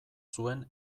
zuen